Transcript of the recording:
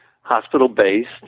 hospital-based